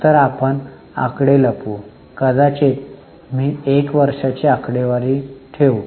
तर आपण आकडे लपवू किंवा कदाचित मी 1 वर्षाची आकडेवारी ठेवू